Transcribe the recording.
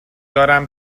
دارم